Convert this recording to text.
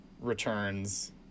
Returns